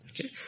Okay